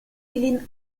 ilin